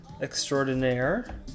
extraordinaire